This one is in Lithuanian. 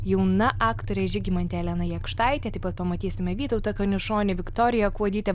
jauna aktorė žygimantė elena jakštaitė taip pat pamatysime vytautą kaniušonį viktorija kuodytę